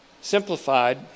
simplified